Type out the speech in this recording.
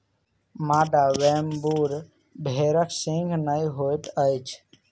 मादा वेम्बूर भेड़क सींघ नै होइत अछि